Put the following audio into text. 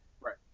Right